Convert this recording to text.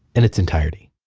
in its entirety